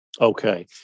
Okay